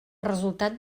resultat